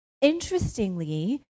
Interestingly